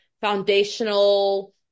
foundational